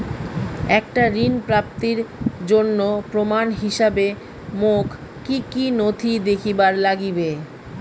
একটা ঋণ প্রাপ্তির তন্ন প্রমাণ হিসাবে মোক কী কী নথি দেখেবার নাগিবে?